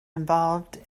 involved